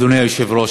אדוני היושב-ראש,